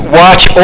watch